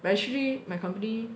but actually my company